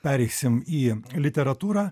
pereisim į literatūrą